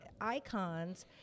icons